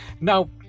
now